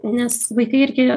nes vaikai irgi